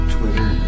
Twitter